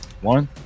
One